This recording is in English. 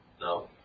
No